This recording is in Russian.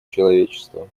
человечество